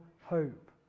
hope